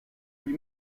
lui